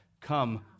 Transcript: Come